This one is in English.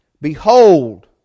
Behold